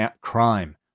crime